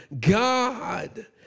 God